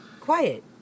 quiet